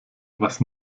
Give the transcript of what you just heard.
was